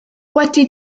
wedi